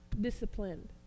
disciplined